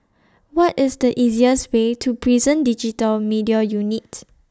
What IS The easiest Way to Prison Digital Media Unit